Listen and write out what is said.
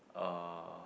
uh